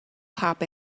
pop